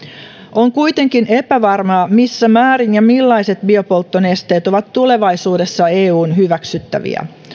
on kuitenkin epävarmaa missä määrin ja millaiset biopolttonesteet ovat tulevaisuudessa eun hyväksyttäviä